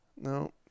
No